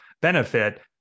benefit